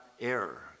error